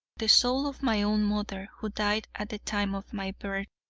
the soul of my own mother, who died at the time of my birth,